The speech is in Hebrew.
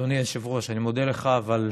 אדוני היושב-ראש, אני מודה לך, אבל,